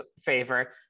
favor